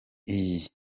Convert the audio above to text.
iyi